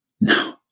No